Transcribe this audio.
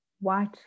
white